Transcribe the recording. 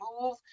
move